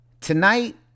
Tonight